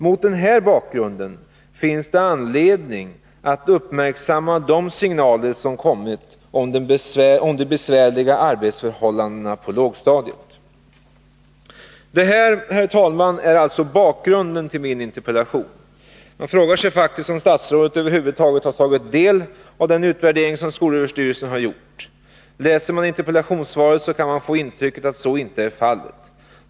Mot den här bakgrunden finns det anledning att uppmärksamma de signaler som kommit om de besvärliga arbetsförhållandena på lågstadiet. Detta, herr talman, är alltså bakgrunden till min interpellation. Man frågar sig faktiskt om statsrådet över huvud taget har tagit del av den utvärdering som skolöverstyrelsen har gjort. Läser man interpellationssvaret kan man få intrycket att så inte är fallet.